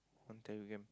I'm telegram